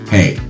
Hey